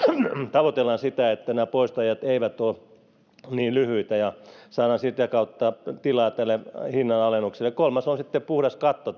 tavoitellaan sitä että poistoajat eivät ole niin lyhyitä ja saadaan sitä kautta tilaa tälle hinnanalennukselle kolmas on sitten puhdas katto